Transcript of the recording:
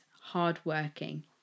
hard-working